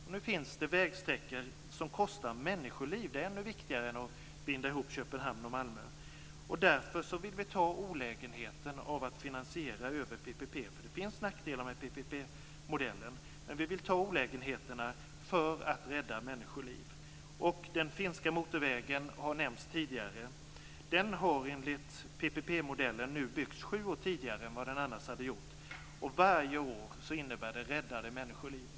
Då det finns vägsträckor som kostar människoliv är det ännu viktigare att binda ihop Köpenhamn och Malmö. Därför vill vi ta olägenheten av att finansiera över PPP. Det finns nackdelar med PPP-modellen, men vi vill ta olägenheterna för att rädda människoliv. Den finska motorvägen har nämnts tidigare. Den har enligt PPP-modellen byggts sju år tidigare än den annars hade byggts. Varje år innebär räddade människoliv.